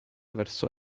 verso